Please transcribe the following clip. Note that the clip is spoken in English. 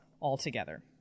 altogether